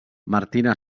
martina